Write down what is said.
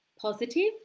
positive